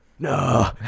No